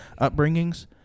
upbringings